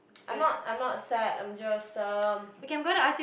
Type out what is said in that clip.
I'm not I'm not sad I'm just um